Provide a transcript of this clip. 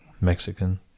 Mexican